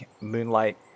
moonlight